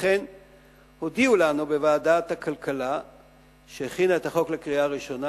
לכן הודיעו לנו בוועדת הכלכלה שהכינה את החוק לקריאה ראשונה,